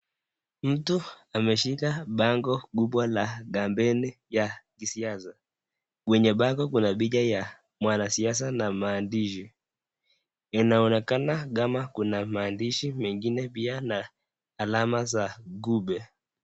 Mtu ameshika bango kubwa la kampeni ya gisiaza. Kwenye bango kunabija ya mwanasiasa na maandishi. Inaonekana kama kuna maandishi mengine pia na alama za gube.